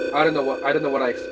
i don't know what. i don't know what i